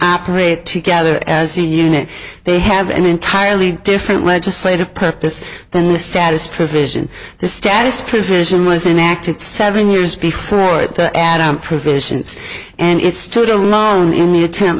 operate together as a unit they have an entirely different legislative purpose than the status provision the status provision was enacted seven years before it to adam provisions and it stood alone in the attempt